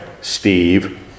Steve